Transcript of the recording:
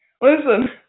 Listen